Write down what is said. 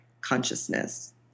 consciousness